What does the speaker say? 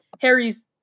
Harry's